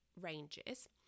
ranges